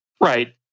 Right